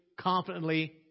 confidently